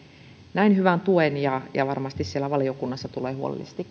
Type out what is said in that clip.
näin hyvän tuen ja ja varmasti se siellä valiokunnassa tulee huolellisesti